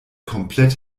komplett